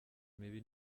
mibi